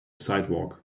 sidewalk